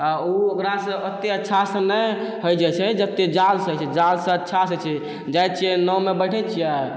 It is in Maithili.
ओ ओकरासँ ओत्ते अच्छासँ नहि होइ छै जते जालसँ होइ छै जालसँ अच्छासँ होइ छै जाइ छिए नावमे बैठै छिए